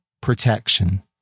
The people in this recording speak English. protection